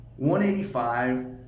185